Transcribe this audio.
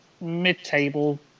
mid-table